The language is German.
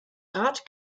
rat